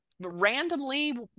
randomly